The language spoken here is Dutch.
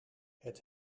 het